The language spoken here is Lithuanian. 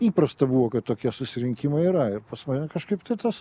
įprasta buvo kad tokie susirinkimai yra ir pas mane kažkaip tai tas